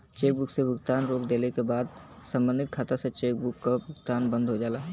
chequebook से भुगतान रोक देले क बाद सम्बंधित खाता से चेकबुक क भुगतान बंद हो जाला